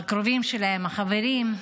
הקרובים שלהם, החברים.